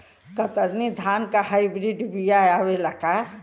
कतरनी धान क hybrid बिया आवेला का?